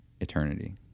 eternity